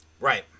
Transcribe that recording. Right